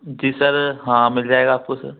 जी sir हाँ मिल जाएगा आपको सर